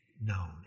known